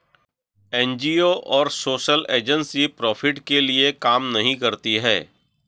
NGO और social agency profit के लिए काम नहीं करती है